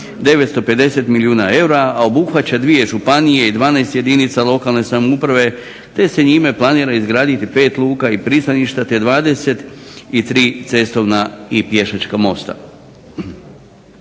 950 milijuna eura a obuhvaća dvije županije i 12 jedinica lokalne samouprave, te se njime planira izgraditi 5 luka i pristaništa, te 23 cestovna i pješačka mosta.